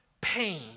pain